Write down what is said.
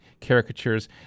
caricatures